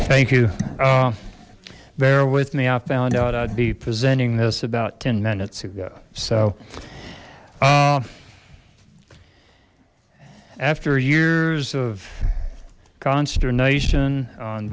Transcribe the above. thank you bear with me i found out i'd be presenting this about ten minutes ago so after years of consternation on